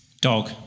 Dog